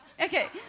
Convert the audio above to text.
Okay